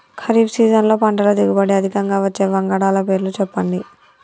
ఖరీఫ్ సీజన్లో పంటల దిగుబడి అధికంగా వచ్చే వంగడాల పేర్లు చెప్పండి?